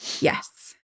Yes